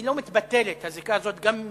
היא לא מתבטלת, הזיקה הזאת, גם אם